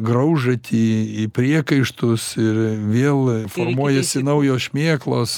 graužatį į priekaištus ir vėl formuojasi naujos šmėklos